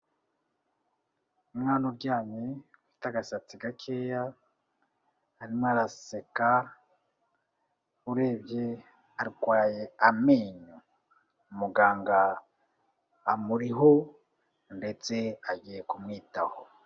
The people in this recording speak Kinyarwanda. Umwana uryamye ufite agasatsi gakeya, arimo araseka. Urebye arwaye amenyo. Muganga amuriho ndetse agiye kumwitaho.